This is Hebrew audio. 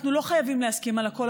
אנחנו לא חייבים להסכים על הכול,